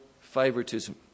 favoritism